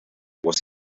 was